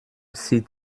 zieht